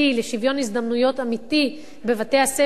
לשוויון הזדמנויות אמיתי בבתי-הספר.